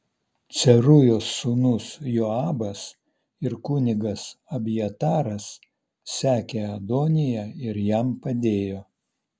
cerujos sūnus joabas ir kunigas abjataras sekė adoniją ir jam padėjo